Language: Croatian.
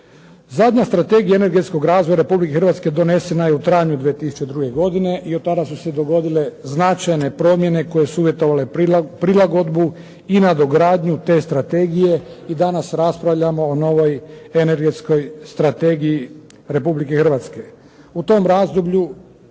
Zadnja Strategija energetskog razvoja Republike Hrvatske donesena je u travnju 2002. godine i od tada su se dogodile značajne promjene koje su uvjetovale prilagodbu i nadogradnju te strategije i danas raspravljamo o novoj energetskoj strategiji Republike Hrvatske. U tom razdoblju